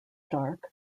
dark